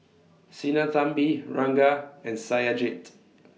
Sinnathamby Ranga and Satyajit